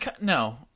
no